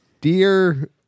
Dear